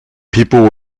people